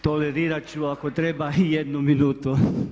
Tolerirat ću ako treba i jednu minutu.